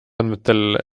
andmetel